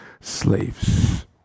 slaves